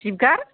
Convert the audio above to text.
जिब गार्ड